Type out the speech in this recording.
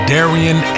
Darian